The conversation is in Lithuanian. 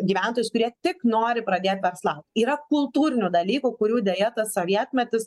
gyventojus kurie tik nori pradėt verslaut yra kultūrinių dalykų kurių deja tas sovietmetis